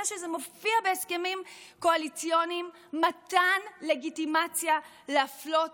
שזה מופיע בהסכמים קואליציוניים מתן לגיטימציה להפלות